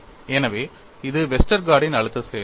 எனவே இது வெஸ்டர்கார்டின் Westergaard's அழுத்த செயல்பாடு